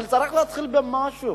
אבל צריך להתחיל במשהו.